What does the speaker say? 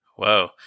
Whoa